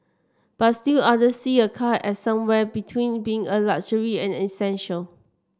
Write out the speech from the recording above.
but still others see a car as somewhere between being a luxury and an essential